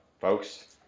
folks